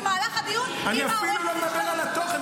במהלך הדיון עם --- אני אפילו לא מדבר על התוכן,